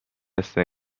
هستن